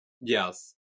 Yes